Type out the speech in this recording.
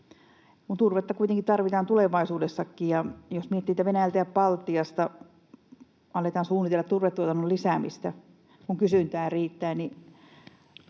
Turvetta kuitenkin tarvitaan tulevaisuudessakin. Jos miettii, että Venäjältä ja Baltiasta aletaan suunnitella turvetuotannon lisäämistä, kun kysyntää riittää, niin